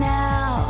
now